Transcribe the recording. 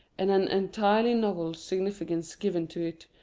and an entirely novel significance given to it,